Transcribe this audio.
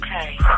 okay